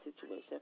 situation